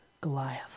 Goliath